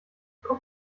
guck